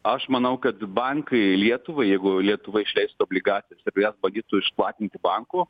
aš manau kad bankai lietuvai jeigu lietuva išleistų obligacijas ir jas bandytų išplatinti bankų